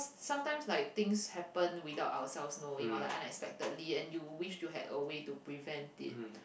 sometimes like things happen without ourselves knowing or like unexpectedly and you wished you had a way to prevent it